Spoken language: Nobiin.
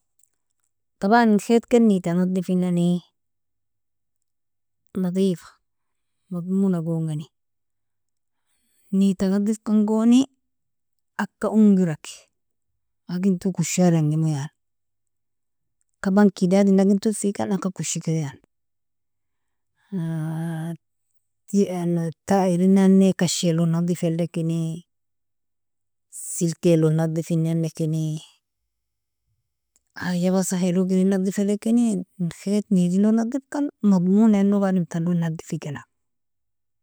Taban khaita ken needta nadifinani, nadifa madmuna gongini needta nadifkangoni agka ungiraki, aginto koshadangimo yani kabankedad inaginton fikan agka koshike yani erin nani khashilog nadifilakin, i selkelo nadifinakini, haja waskhelog erin nadifilakini inkhait needilog nadifkan madmuningo adam talog nadife.